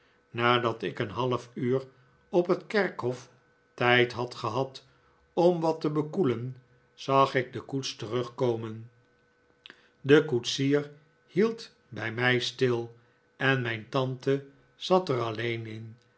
nadat ik een half uur op het kerkhof tijd had gehad om wat te bekoelen zag ik de koets terugkomen de koetsier hield bij mij stil en mijn tante zat er alleen in